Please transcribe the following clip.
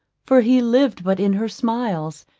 for he lived but in her smiles,